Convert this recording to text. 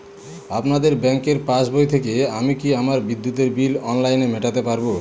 আপনাদের ব্যঙ্কের পাসবই থেকে আমি কি আমার বিদ্যুতের বিল অনলাইনে মেটাতে পারবো?